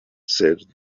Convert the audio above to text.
said